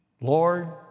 Lord